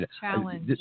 Challenge